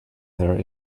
their